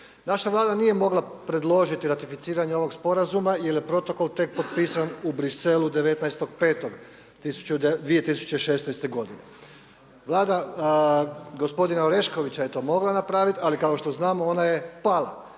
Naša Vlada nije mogla predložiti ratificiranje ovog sporazuma jer je protokol tek potpisan u Bruxellesu 19.5.2016. godine. Vlada gospodina Oreškovića je to mogla napraviti ali kao što znamo ona je pala